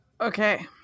Okay